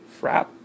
Frap